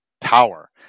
power